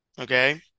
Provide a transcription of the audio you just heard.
Okay